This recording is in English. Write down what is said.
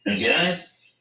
Guys